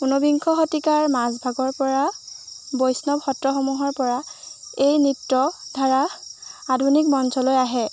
ঊনবিংশ শতিকাৰ মাজভাগৰপৰা বৈষ্ণৱ সত্ৰসমূহৰপৰা এই নৃত্যধাৰা আধুনিক মঞ্চলৈ আহে